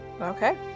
Okay